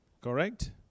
Correct